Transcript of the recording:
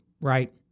right